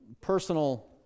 personal